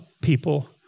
people